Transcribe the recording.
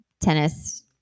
tennis